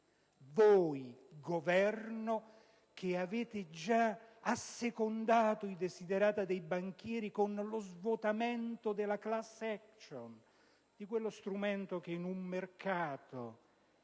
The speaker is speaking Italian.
Voi, Governo, che avete già assecondato i *desiderata* dei banchieri con lo svuotamento della *class* *action*, di quello strumento che in un mercato